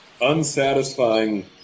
unsatisfying